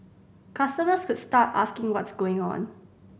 customers could start asking what's going on